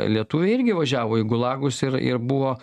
lietuviai irgi važiavo į gulagus ir ir buvo